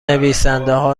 نویسندهها